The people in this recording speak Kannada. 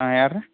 ಹಾಂ ಯಾರು ರೀ